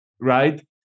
Right